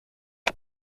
nta